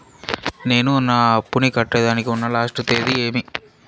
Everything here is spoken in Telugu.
నేను నా అప్పుని కట్టేదానికి ఉన్న లాస్ట్ తేది ఏమి?